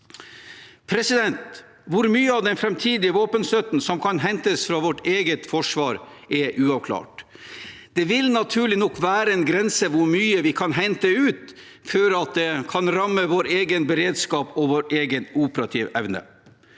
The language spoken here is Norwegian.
Ukraina. Hvor mye av den framtidige våpenstøtten som kan hentes fra vårt eget forsvar, er uavklart. Det vil, naturlig nok, være en grense for hvor mye vi kan hente ut før det rammer vår egen beredskap og vår egen operative evne.